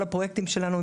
כל הפרויקטים שלנו,